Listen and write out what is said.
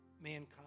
mankind